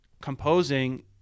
composing